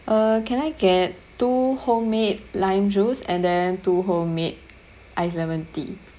uh can I get two homemade lime juice and then two homemade ice lemon tea